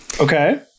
okay